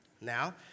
Now